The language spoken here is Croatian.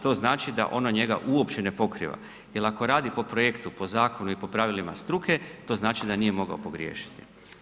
To znači da ona njega uopće ne pokriva, jel ako radi po projektu, po zakonu i po pravilima struke, to znači da nije mogao pogriješiti.